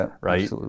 right